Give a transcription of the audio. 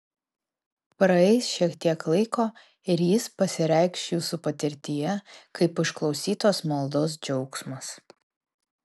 praeis šiek tiek laiko ir jis pasireikš jūsų patirtyje kaip išklausytos maldos džiaugsmas